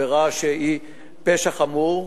עבירה שהיא פשע חמור,